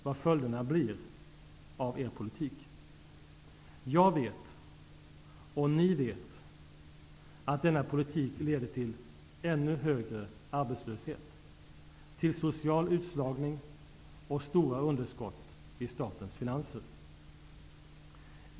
Vi skall samtidigt ha en prisstabilitet på god europeisk nivå. Det ger oss som nation bästa förutsättningarna för bestående ekonomiska och sociala framsteg.